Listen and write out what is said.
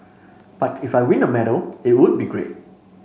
but if I win a medal it would be great